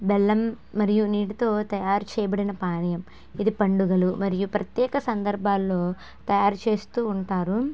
బెల్లం మరియు నీటితో తయారు చేయబడిన పానియం ఇది పండుగలు మరియు ప్రత్యేక సందర్భాల్లో తయారు చేస్తూ ఉంటారు